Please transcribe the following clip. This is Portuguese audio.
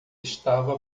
estava